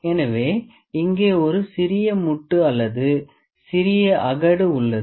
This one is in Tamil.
எனவே இங்கே ஒரு சிறிய முட்டு அல்லது சிறிய அகடு உள்ளது